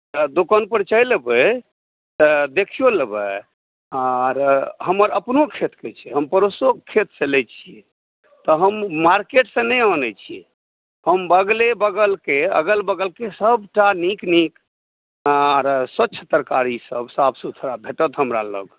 तऽ दोकान पर चलि एबै तऽ देखियौ लेबै आर हमर अपनो खेतके छै हम पड़ोसो खेतसे लैत छियै तऽ हम मार्केटसँ नहि अनैत छियै हम अगले बगलके सभटा नीक नीक आर स्वच्छ तरकारी सभ सा सुथरा भेटत हमरा लग